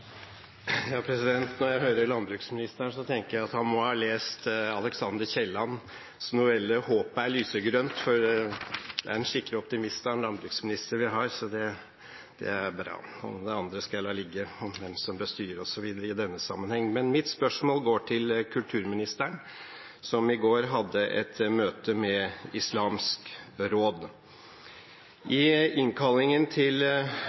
Når jeg hører landbruksministeren, tenker jeg at han må ha lest Alexander Kiellands novelle «Håpet er lysegrønt». Det er en skikkelig optimist av en landbruksminister vi har, og det er bra. Det andre, om hvem som bør styre, osv., skal jeg la ligge i denne sammenheng. Mitt spørsmål går til kulturministeren, som i går hadde et møte med Islamsk Råd. I innkallingen til